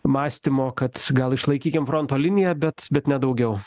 mąstymo kad gal išlaikykim fronto liniją bet bet ne daugiau